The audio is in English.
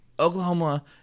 Oklahoma